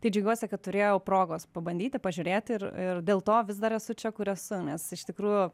tai džiaugiuosi kad turėjau progos pabandyti pažiūrėt ir ir dėl to vis dar esu čia kur esu nes iš tikrųjų